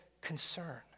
concern